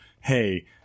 Hey